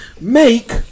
make